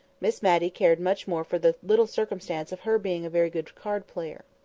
miss matty cared much more for the little circumstance of her being a very good card-player.